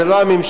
זה לא הממשלה,